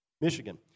Michigan